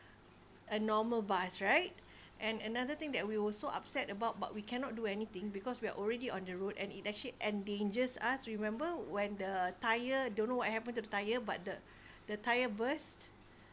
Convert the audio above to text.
a normal bus right and another thing that we were so upset about but we cannot do anything because we are already on the road and it actually endangers us remember when the tire don't know what happen to the tire but the the tire burst